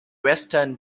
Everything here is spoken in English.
western